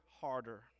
harder